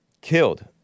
Killed